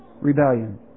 rebellion